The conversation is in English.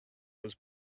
was